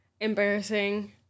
Embarrassing